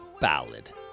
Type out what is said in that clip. ballad